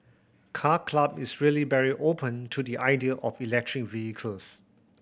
Car Club is really very open to the idea of electric vehicles